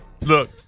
Look